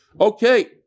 Okay